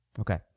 Okay